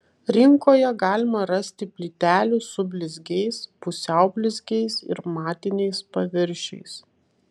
rinkoje galima rasti plytelių su blizgiais pusiau blizgiais ir matiniais paviršiais